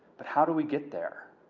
but how do we get there?